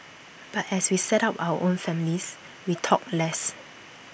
but as we set up our own families we talked less